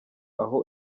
aho